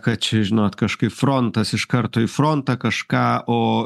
kad či žinot kažkaip frontas iš karto į frontą kažką o